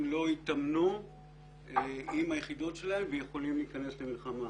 לא התאמנו עם היחידות שלהם ויכולים להיכנס למלחמה,